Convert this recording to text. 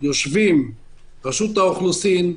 יושבים רשות האוכלוסין,